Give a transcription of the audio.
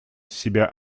себя